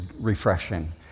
refreshing